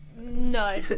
No